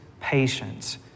patience